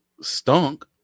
stunk